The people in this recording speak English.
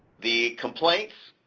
the complaints